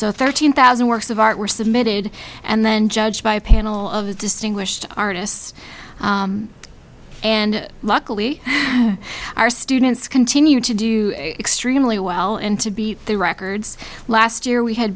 so thirteen thousand works of art were submitted and then judged by a panel of distinguished artists and luckily our students continue to do extremely well and to beat their records last year we had